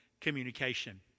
communication